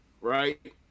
right